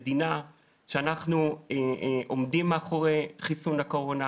שאנחנו עומדים מאחורי חיסון הקורונה,